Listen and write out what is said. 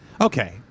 Okay